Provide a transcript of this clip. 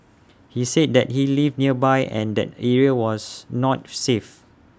he said that he lived nearby and that area was not safe